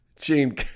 Gene